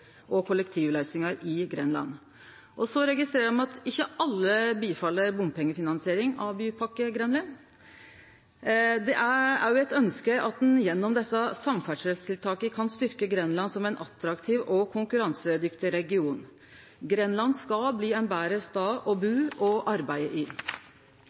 og kollektivløysingar i Grenland. Eg registrerer at ikkje alle samtykkjer til finansiering av Bypakke Grenland med bompengar. Det er òg eit ønske at ein gjennom desse samferdselstiltaka kan styrkje Grenland som ein attraktiv og konkurransedyktig region. Grenland skal bli ein betre stad å bu og arbeide i.